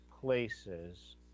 places